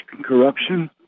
corruption